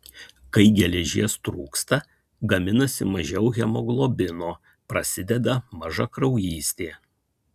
kai geležies trūksta gaminasi mažiau hemoglobino prasideda mažakraujystė